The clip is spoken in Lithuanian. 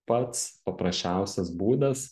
pats paprasčiausias būdas